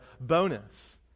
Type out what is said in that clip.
bonus